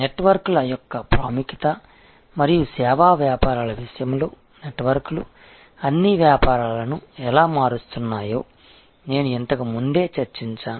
నెట్వర్క్ల యొక్క ప్రాముఖ్యత మరియు సేవా వ్యాపారాల విషయంలో నెట్వర్క్లు అన్ని వ్యాపారాలను ఎలా మారుస్తున్నాయో నేను ఇంతకు ముందే చర్చించాను